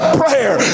prayer